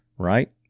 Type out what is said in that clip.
Right